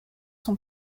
son